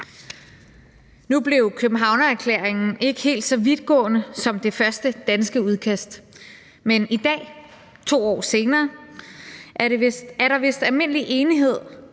Nu blev Københavnerklæringen ikke helt så vidtgående, som det første danske udkast, men i dag, 2 år senere, er der vist almindelig enighed